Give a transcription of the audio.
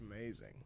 amazing